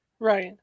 Right